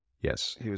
Yes